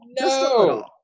no